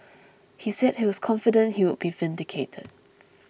he said he was confident he would be vindicated